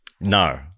No